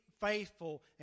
faithful